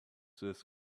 this